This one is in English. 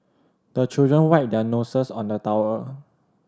the children wipe their noses on the towel